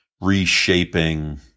reshaping